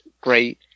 great